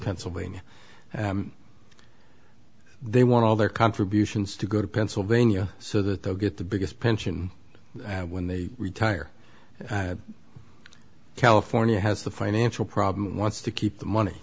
pennsylvania they want all their contributions to go to pennsylvania so that they'll get the biggest pension and when they retire california has the financial problem and wants to keep the money